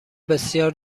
بسیار